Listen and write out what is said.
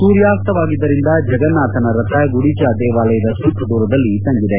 ಸೂರ್ಯಾಸ್ತವಾಗಿದ್ದರಿಂದ ಜಗನಾಥನ ರಥ ಗುಡಿಚಾ ದೇವಾಲಯದ ಸ್ತಲ್ಪ ದೂರದಲ್ಲಿ ತಂಗಿದೆ